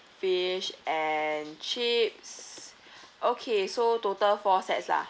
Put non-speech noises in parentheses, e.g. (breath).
fish and chips (breath) okay so total four sets lah